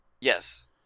yes